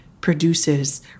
produces